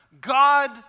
God